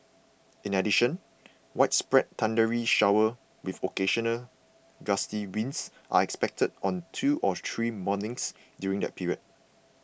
in addition widespread thundery showers with occasional gusty winds are expected on two or three mornings during that period